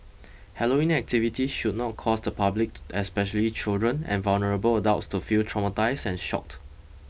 Halloween activities should not cause the public especially children and vulnerable adults to feel traumatised and shocked